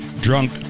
drunk